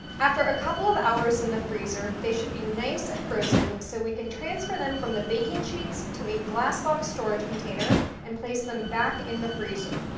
after a couple of hours in the freezer, they should be nice and frozen, so we can transfer them from the baking sheets to a glass lock storage container and place them back in the freezer.